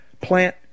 plant